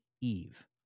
Eve